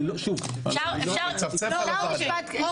אפשר משפט?